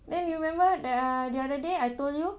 then you remember the uh the other day I told you